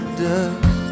dust